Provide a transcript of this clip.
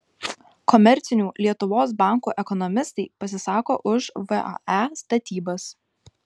komercinių lietuvos bankų ekonomistai pasisako už vae statybas